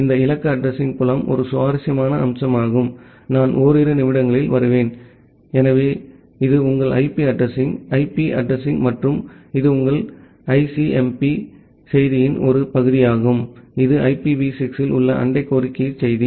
இந்த இலக்கு அட்ரஸிங் புலம் ஒரு சுவாரஸ்யமான அம்சமாகும் நான் ஓரிரு நிமிடங்களில் வருவேன் எனவே இது உங்கள் ஐபி அட்ரஸிங் ஐபி அட்ரஸிங் மற்றும் இது உங்கள் ஐசிஎம்பி செய்தியின் ஒரு பகுதியாகும் இது ஐபிவி 6 இல் உள்ள அண்டை கோரிக்கை செய்தி